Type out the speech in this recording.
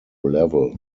level